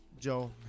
Joe